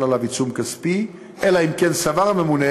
עליו עיצום כספי אלא אם כן סבר הממונה